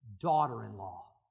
daughter-in-law